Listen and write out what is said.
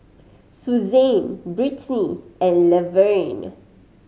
Suzann Brittny and Laverne